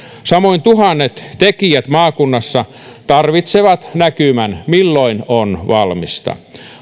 samoin tuhannet tekijät maakunnissa tarvitsevat näkymän milloin on valmista